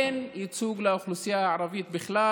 אין ייצוג לאוכלוסייה הערבית בכלל